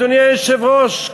אדוני היושב-ראש,